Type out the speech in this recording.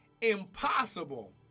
Impossible